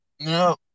No